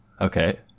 Okay